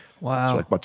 Wow